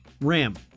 RAM